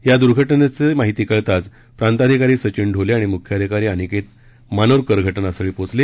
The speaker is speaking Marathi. या द्र्घटनेचे माहिती कळताच प्रांताधिकारी सचिन ढोले आणि म्ख्याधिकारी अनिकेत मानोरकर घटनास्थळी पोहोचले